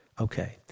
Okay